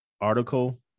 article